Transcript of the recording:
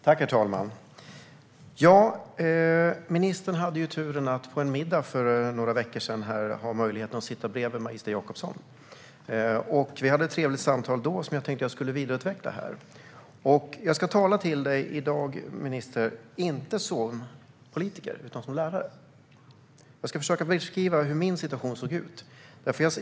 Herr talman! Ministern hade ju turen och möjligheten att på en middag för några veckor sedan få sitta bredvid magister Jakobsson. Vi hade ett trevligt samtal då, som jag tänkte att jag ska vidareutveckla här. Jag ska tala till dig i dag, ministern, inte som politiker utan som lärare. Jag ska försöka beskriva hur min situation såg ut.